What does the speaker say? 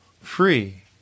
free